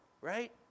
right